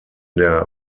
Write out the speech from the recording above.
der